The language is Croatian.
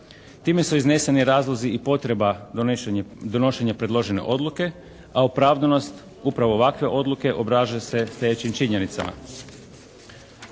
Time su izneseni razlozi i potreba donošenja predložene odluke a opravdanost upravo ovakve odluke obrazlaže se sljedećim činjenicama: